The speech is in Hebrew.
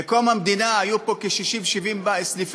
בקום המדינה היו פה כ-60 70 בנקים,